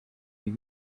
wie